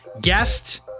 Guest